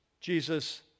Jesus